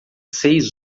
seis